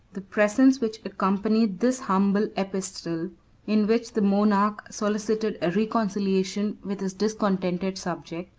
the presents which accompanied this humble epistle, in which the monarch solicited a reconciliation with his discontented subject,